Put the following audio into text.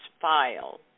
file